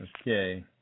Okay